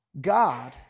God